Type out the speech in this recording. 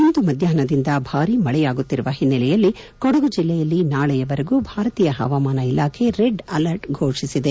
ಇಂದು ಮಧ್ಯಾಹ್ನದಿಂದ ಭಾರಿ ಮಳೆಯಾಗುತ್ತಿರುವ ಹಿನ್ನೆಲೆಯಲ್ಲಿ ಕೊಡಗು ಜಿಲ್ಲೆಯಲ್ಲಿ ನಾಳೆಯವರೆಗೂ ಭಾರತೀಯ ಹವಾಮಾನ ಇಲಾಖೆ ರೆಡ್ ಆಲರ್ಟ್ ಘೋಷಿಸಿದೆ